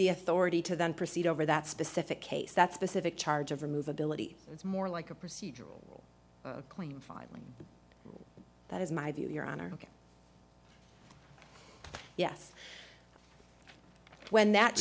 the authority to then proceed over that specific case that specific charge of remove ability it's more like a procedural claim filing that is my view your honor yes when that